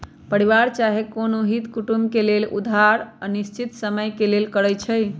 परिवार चाहे कोनो हित कुटुम से लेल गेल उधार अनिश्चित समय के लेल रहै छइ